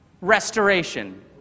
restoration